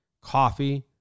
coffee